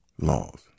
Laws